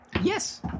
Yes